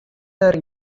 der